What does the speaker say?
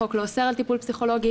החוק לא אוסר על טיפול פסיכולוגי.